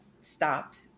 stopped